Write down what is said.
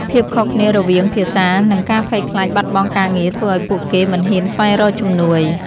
ភាពខុសគ្នារវាងភាសា និងការភ័យខ្លាចបាត់បង់ការងារធ្វើឲ្យពួកគេមិនហ៊ានស្វែងរកជំនួយ។